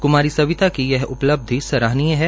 कुमारी सविता की यह उपलब्धि सराहनीय है